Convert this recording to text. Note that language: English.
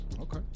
okay